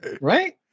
right